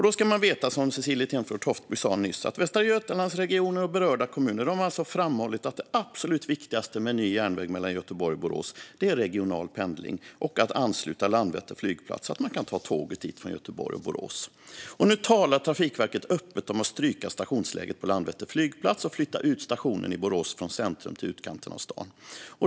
Då ska man veta, som Cecilie Tenfjord Toftby sa nyss, att Västra Götalandsregionen och berörda kommuner har framhållit att det absolut viktigaste med en ny järnväg mellan Göteborg och Borås är regional pendling och att ansluta Landvetter flygplats så att man kan ta tåget dit från Göteborg och Borås. Nu talar man från Trafikverket öppet om att stryka stationsläget på Landvetter flygplats och flytta ut stationen i Borås från centrum till utkanten av stan.